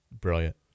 Brilliant